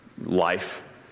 life